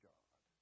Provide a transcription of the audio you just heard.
God